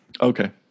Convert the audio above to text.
Okay